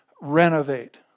renovate